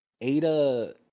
Ada